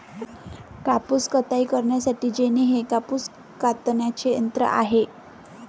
कापूस कताई करण्यासाठी जेनी हे कापूस कातण्याचे यंत्र आहे